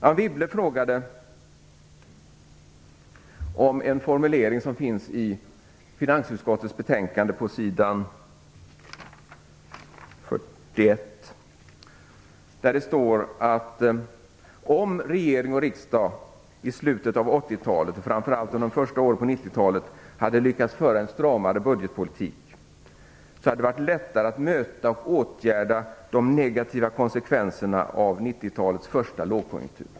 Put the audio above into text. Anne Wibble frågade om en formulering som finns i finansutskottets betänkande på s. 41. Där står det att "om regering och riksdag i slutet av 1980-talet och framför allt under de första åren av 1990-talet hade lyckats föra en stramare finanspolitik - hade det varit lättare att möta och åtgärda de negativa konsekvenserna av 1990-talets första lågkonjunktur".